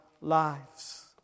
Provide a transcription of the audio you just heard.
lives